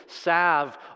salve